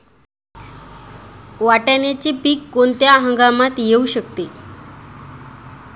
वाटाण्याचे पीक कोणत्या हंगामात येऊ शकते?